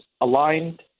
aligned